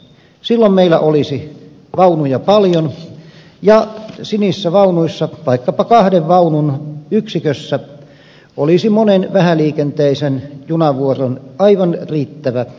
silloin meillä olisi vaunuja paljon ja sinisissä vaunuissa vaikkapa kahden vaunun yksikössä olisi moneen vähäliikenteiseen junavuoroon aivan riittävä kalusto